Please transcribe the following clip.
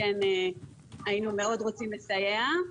היינו מאוד רוצים לסייע.